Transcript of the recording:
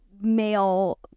male